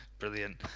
brilliant